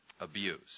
abuse